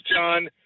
John